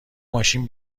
ماشین